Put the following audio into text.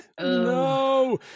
No